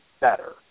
better